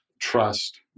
trust